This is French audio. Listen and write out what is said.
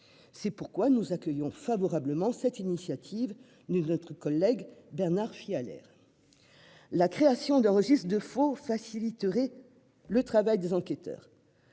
C'est pourquoi nous accueillons favorablement l'initiative de Bernard Fialaire. La création d'un registre des faux faciliterait le travail des enquêteurs.